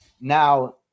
Now